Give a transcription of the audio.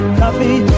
coffee